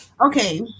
Okay